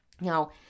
Now